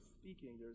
speaking